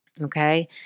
Okay